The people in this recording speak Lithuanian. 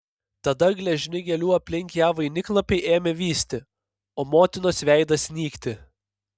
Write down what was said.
tada gležni gėlių aplink ją vainiklapiai ėmė vysti o motinos veidas nykti